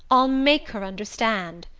i'll make her understand,